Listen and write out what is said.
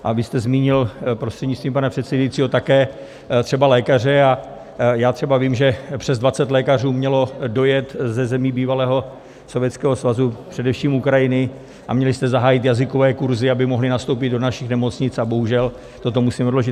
A vy jste zmínil prostřednictvím pana předsedajícího také třeba lékaře, a já třeba vím, že přes dvacet lékařů mělo dojet ze zemí bývalého Sovětského svazu, především Ukrajiny, a měli jste zahájit jazykové kurzy, aby mohli nastoupit do našich nemocnic, a bohužel, toto musíme odložit.